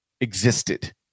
existed